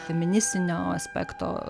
feministinio aspekto